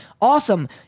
awesome